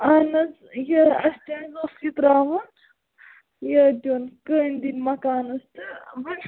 اَہَن حظ یہِ اَسہِ تہِ حظ اوس یہِ ترٛاوُن یہِ دیُن کٔنۍ دِنۍ مکانَس تہٕ